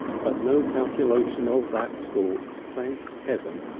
but no calculation of that sort, thank heaven,